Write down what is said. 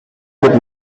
good